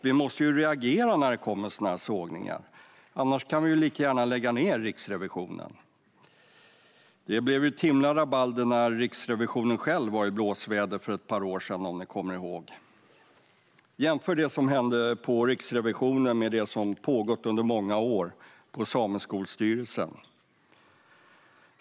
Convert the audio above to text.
Vi måste reagera när det kommer sådana här sågningar, annars kan vi lika gärna lägga ned Riksrevisionen. Det blev ett himla rabalder när de var i blåsväder själva på Riksrevisionen för ett par år sedan, om ni kom ihåg det. Jämför det som hände på Riksrevisionen med det som pågått under många år på Sameskolstyrelsen!